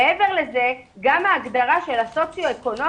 מעבר לזה גם ההגדרה של הסוציואקונומי,